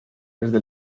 desde